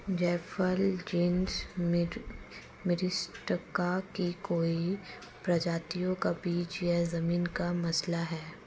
जायफल genus Myristica की कई प्रजातियों का बीज या जमीन का मसाला है